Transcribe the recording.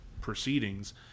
proceedings